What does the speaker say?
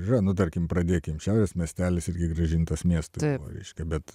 yra nu tarkim pradėkim šiaurės miestelis irgi grąžintas miestui reiškia bet